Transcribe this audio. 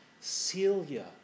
Celia